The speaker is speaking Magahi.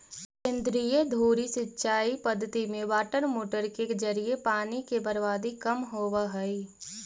केंद्रीय धुरी सिंचाई पद्धति में वाटरमोटर के जरिए पानी के बर्बादी कम होवऽ हइ